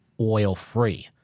oil-free